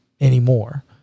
anymore